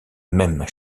même